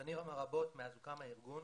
בשנים הרבות מאז הוקם הארגון